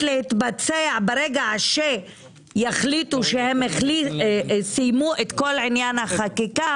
להתבצע ברגע שיחליטו שהם סיימו את כל עניין החקיקה